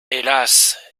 hélas